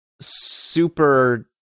super